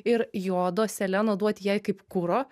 ir jodo seleno duoti jai kaip kuro